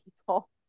people